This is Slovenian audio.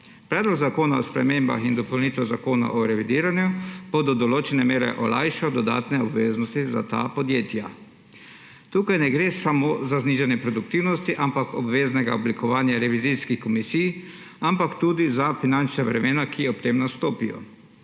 Predlog zakona o spremembah in dopolnitvah Zakona o revidiranju bo do določene mere olajšal dodatne obveznosti za ta podjetja. Tukaj ne gre samo za znižanje produktivnosti, ampak za obvezno oblikovanje revizijskih komisij, pa tudi za finančna bremena, ki ob tem nastopijo.